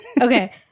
Okay